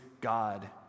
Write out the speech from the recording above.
God